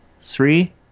three